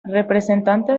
representante